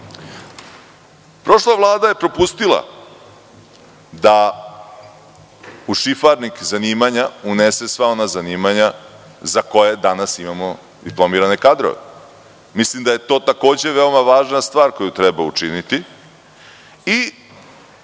Vlada je propustila da u šifarnik zanimanja unese sva ona zanimanja za koja danas imamo diplomirane kadrove. Mislim da je to takođe veoma važna stvar koju treba učiniti. Mislim